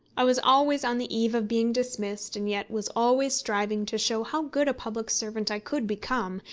i was always on the eve of being dismissed, and yet was always striving to show how good a public servant i could become,